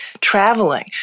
traveling